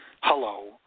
Hello